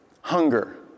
Hunger